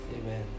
Amen